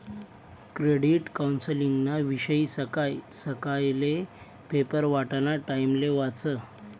credit कौन्सलिंगना विषयी सकाय सकायले पेपर वाटाना टाइमले वाचं